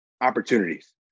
opportunities